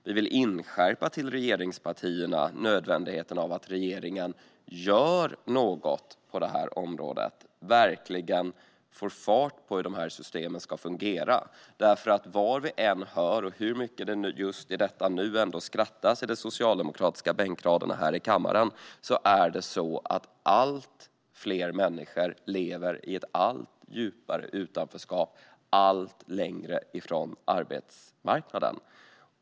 Vi vill hos regeringspartierna inskärpa nödvändigheten av att regeringen gör något på detta område och verkligen får fart på hur de här systemen ska fungera. Vad vi än hör, och hur mycket det just i detta nu än skrattas i de socialdemokratiska bänkraderna här i kammaren, är det så att allt fler människor lever i ett allt djupare utanförskap, allt längre från arbetsmarknaden.